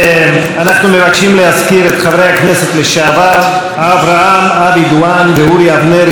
אנחנו מבקשים להזכיר את חברי הכנסת לשעבר אברהם אבי דואן ואורי אבנרי,